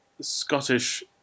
Scottish